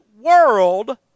world